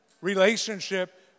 relationship